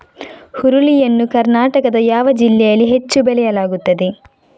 ಹುರುಳಿ ಯನ್ನು ಕರ್ನಾಟಕದ ಯಾವ ಜಿಲ್ಲೆಯಲ್ಲಿ ಹೆಚ್ಚು ಬೆಳೆಯಲಾಗುತ್ತದೆ?